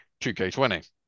2K20